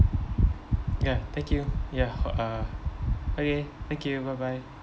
ya thank you ya uh okay thank you bye bye